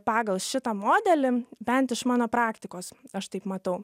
pagal šitą modelį bent iš mano praktikos aš taip matau